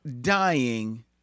dying